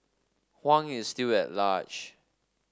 Huang is still at large